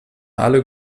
alle